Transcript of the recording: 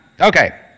Okay